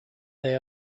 they